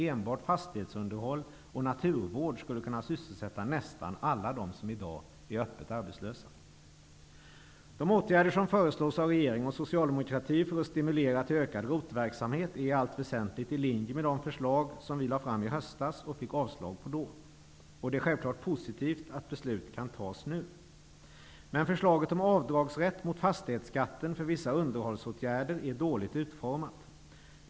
Enbart fastighetsunderhåll och naturvård skulle kunna sysselsätta nästan alla dem som i dag är öppet arbetslösa. De åtgärder som föreslås av regering och socialdemokrati för att stimulera till ökad ROT verksamhet är i allt väsentligt i linje med de förslag som vi lade fram i höstas och fick avslag på. Det är självfallet positivt att beslut kan fattas nu. Men förslaget om avdragsrätt mot fastighetsskatten för vissa underhållsåtgärder är dåligt utformat.